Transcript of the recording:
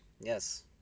yes